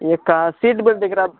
ఈయొక్క seat belt దగ్గర